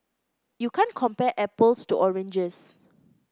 you can't compare apples to oranges